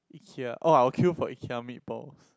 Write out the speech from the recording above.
here oh I will queue for Ikea meat balls